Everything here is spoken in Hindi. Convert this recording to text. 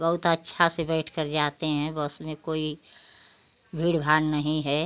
बहुत अच्छा से बैठ कर जाते हैं बस में कोई भीड़ भाड़ नहीं है